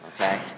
Okay